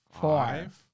five